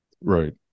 Right